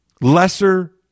lesser